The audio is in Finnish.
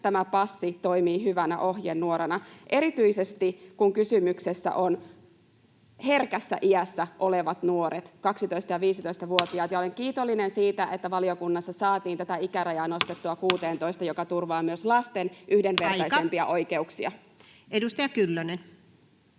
tämä passi toimii hyvänä ohjenuorana, erityisesti kun kysymyksessä ovat herkässä iässä olevat nuoret, 12—15-vuotiaat. Olen kiitollinen siitä, että valiokunnassa saatiin tätä ikärajaa nostettua 16:een, mikä turvaa [Puhemies: Aika!] myös lasten yhdenvertaisempia oikeuksia. Edustaja Kyllönen.